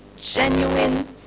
genuine